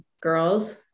girls